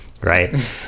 right